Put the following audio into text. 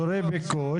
באזורי ביקוש.